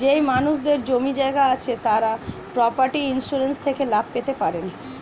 যেই মানুষদের জমি জায়গা আছে তারা প্রপার্টি ইন্সুরেন্স থেকে লাভ পেতে পারেন